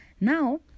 now